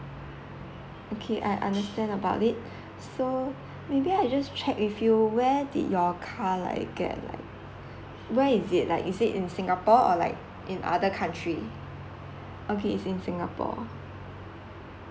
okay I understand about it so maybe I just check with you where did your car like get like where is it like is it in singapore or like in other country okay is in in singapore